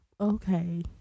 Okay